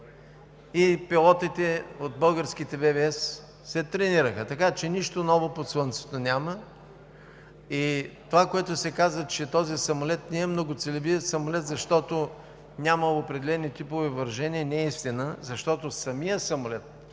и пилотите от българските ВВС се тренираха. Така че нищо ново под слънцето няма. Това, което се каза, че този самолет не е многоцелеви, защото нямало определени типове въоръжение, не е истина. Самият самолет,